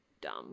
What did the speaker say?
dumb